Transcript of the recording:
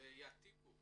ויעתיקו